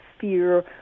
fear